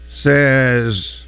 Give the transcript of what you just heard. Says